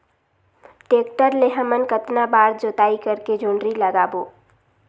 Tractor ले हमन कतना बार जोताई करेके जोंदरी लगाबो?